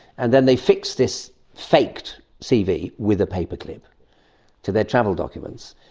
and then they fixed this faked cv with a paperclip to their travel documents,